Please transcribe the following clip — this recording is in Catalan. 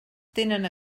tenen